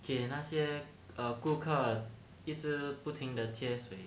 给那些 err 顾客一直不停的贴水